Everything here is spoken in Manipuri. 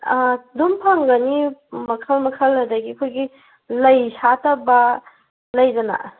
ꯑꯥ ꯑꯗꯨꯝ ꯐꯪꯒꯅꯤ ꯃꯈꯜ ꯃꯈꯜ ꯑꯗꯒꯤ ꯑꯩꯈꯣꯏꯒꯤ ꯂꯩ ꯁꯥꯠꯇꯕ ꯂꯩꯗꯅ